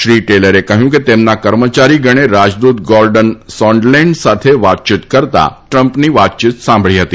શ્રી ટેલરે કહ્યું કે તેમના કર્મચારી ગણે રાજદ્વત ગોરડન સોન્ડલેન્ડ સાથે વાતચીત કરતાં ટ્રમ્પની વાતચીત સાંભળી હતી